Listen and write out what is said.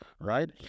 Right